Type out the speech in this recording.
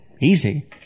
Easy